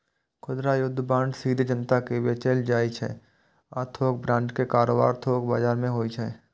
खुदरा युद्ध बांड सीधे जनता कें बेचल जाइ छै आ थोक बांड के कारोबार थोक बाजार मे होइ छै